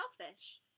selfish